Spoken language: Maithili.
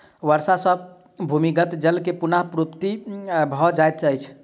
वर्षा सॅ भूमिगत जल के पुनःपूर्ति भ जाइत अछि